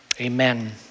amen